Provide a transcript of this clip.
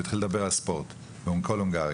התחיל לדבר על ספורט ב --- הונגריה,